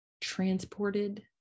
transported